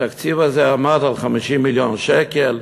התקציב הזה עמד על 50 מיליון שקל,